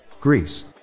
Greece